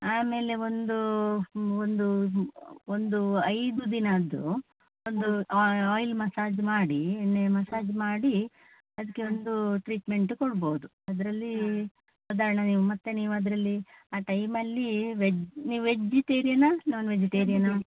ಆಮೇಲೆ ಒಂದು ಒಂದು ಒಂದು ಐದು ದಿನದ್ದು ಒಂದು ಆಯಿಲ್ ಮಸಾಜ್ ಮಾಡಿ ಎಣ್ಣೆ ಮಸಾಜ್ ಮಾಡಿ ಅದಕ್ಕೆ ಒಂದು ಟ್ರೀಟ್ಮೆಂಟ್ ಕೊಡ್ಬಹುದು ಅದರಲ್ಲಿ ಸಾಧಾರಣ ನೀವು ಮತ್ತೆ ನೀವು ಅದರಲ್ಲಿ ಆ ಟೈಮಲ್ಲಿ ವೆಜ್ ನೀವು ವೆಜ್ಜಿಟೇರಿಯನಾ ನಾನ್ ವೆಜಿಟೇರಿಯನಾ